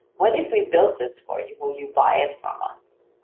what if we built this for you, will you buy it from us?